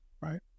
Right